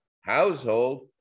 household